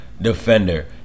defender